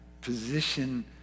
position